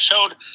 showed